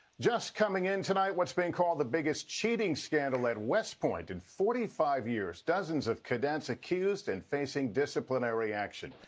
just coming in tonight, what's called the biggest cheating scandal at west point in forty five years. dozens of cadets accused and facing disciplinary action.